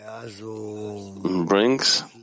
brings